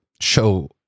show